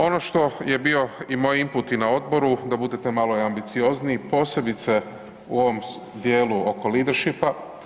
Ono što je bio i moj imput i na odboru da budete malo i ambiciozniji posebice u ovom dijelu oko leadershipa.